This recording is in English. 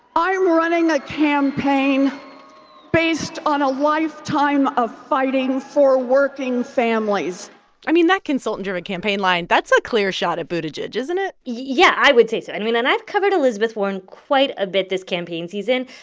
i'm running a campaign based on a lifetime of fighting for working families i mean, that consultant-driven campaign line that's a clear shot at buttigieg, isn't it? yeah, i would say so. i mean, and i've covered elizabeth warren quite a bit this campaign season.